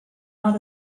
not